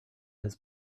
his